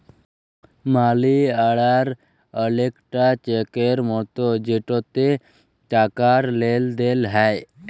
মালি order অলেকটা চ্যাকের মতো যেটতে টাকার লেলদেল হ্যয়